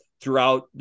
throughout